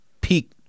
peak